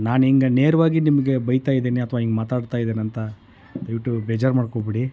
ನಾನು ಹಿಂಗೆ ನೇರವಾಗಿ ನಿಮಗೆ ಬೈತಾ ಇದ್ದೇನೆ ಅಥವಾ ಹಿಂಗೆ ಮಾತಾಡ್ತಾ ಇದ್ದೀನಂತ ದಯವಿಟ್ಟು ಬೇಜಾರು ಮಾಡ್ಕೊಬೇಡಿ